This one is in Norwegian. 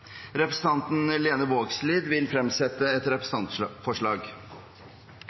Representanten Lene Vågslid vil fremsette et